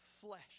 flesh